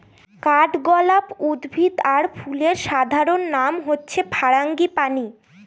কাঠগলাপ উদ্ভিদ আর ফুলের সাধারণ নাম হচ্ছে ফারাঙ্গিপানি